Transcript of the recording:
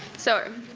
so,